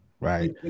Right